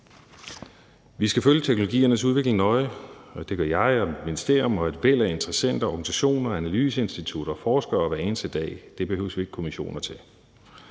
Vi skal følge teknologiernes udvikling nøje. Det gør jeg, mit ministerium og et væld af interessenter, organisationer, analyseinstitutter og forskere hver eneste dag. Det behøver vi ikke kommissioner til.